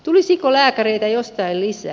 tulisiko lääkäreitä jostain lisää